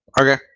Okay